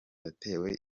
yatewe